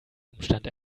umstand